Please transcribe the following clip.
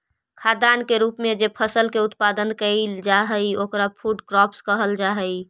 खाद्यान्न के रूप में जे फसल के उत्पादन कैइल जा हई ओकरा फूड क्रॉप्स कहल जा हई